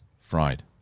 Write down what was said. fried